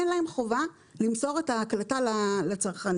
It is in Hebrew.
אין להם חובה למסור את ההקלטה לצרכנים.